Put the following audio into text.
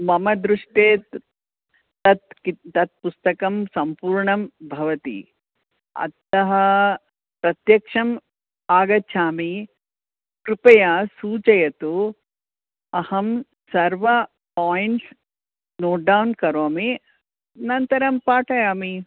मम दृष्टे तत् तत् पुस्तकं सम्पूर्णं भवति अतः प्रत्यक्षं आगच्छामि कृपया सूचयतु अहं सर्व पोयिण्ट्स् नोट्डौन् करोमि अनन्तरं पाठयामि